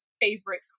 favorite